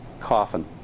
coffin